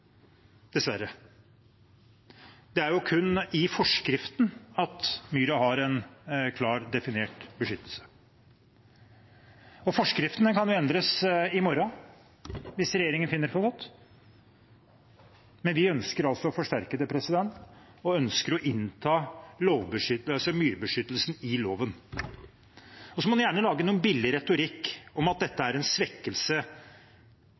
dessverre. Det er kun i forskriften at myra har en klart definert beskyttelse, og forskriften kan endres i morgen hvis regjeringen finner det for godt. Men vi ønsker altså å forsterke det og å innta myrbeskyttelsen i loven. Så må en gjerne lage noe billig retorikk om at dette